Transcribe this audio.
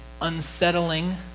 unsettling